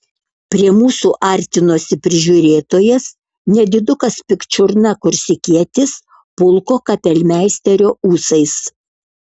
prie mūsų artinosi prižiūrėtojas nedidukas pikčiurna korsikietis pulko kapelmeisterio ūsais